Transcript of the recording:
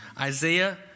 Isaiah